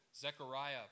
Zechariah